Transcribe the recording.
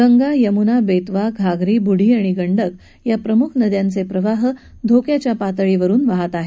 गंगा यमुना बेतवा घाघरा बुढी गंडक या प्रमुख नद्यांचे प्रवाह धोक्याच्या पातळीवरुन वाहत आहेत